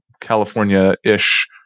California-ish